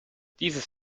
dieses